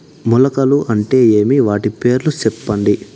మొలకలు అంటే ఏమి? వాటి పేర్లు సెప్పండి?